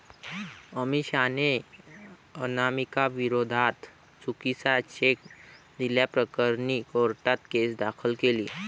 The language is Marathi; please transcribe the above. अमिषाने अनामिकाविरोधात चुकीचा चेक दिल्याप्रकरणी कोर्टात केस दाखल केली